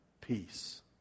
peace